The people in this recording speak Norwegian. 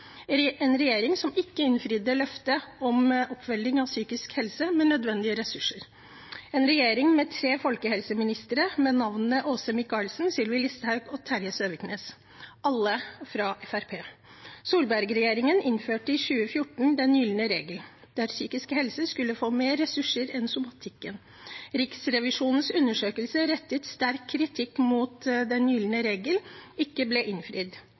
en regjering som ikke innfridde løftet om oppfølging av psykisk helse med nødvendige ressurser. Det var en regjering med tre folkehelseministre, med navnene Åse Michaelsen, Sylvi Listhaug og Terje Søviknes – alle fra Fremskrittspartiet. Solberg-regjeringen innførte i 2014 den gylne regel, der psykisk helse skulle få mer ressurser enn somatikken. Riksrevisjonens undersøkelse rettet sterk kritikk mot at den gylne regel ikke ble innfridd,